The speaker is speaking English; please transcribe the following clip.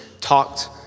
talked